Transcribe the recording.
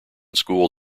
school